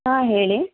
ಹಾಂ ಹೇಳಿ